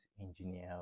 engineer